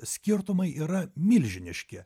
skirtumai yra milžiniški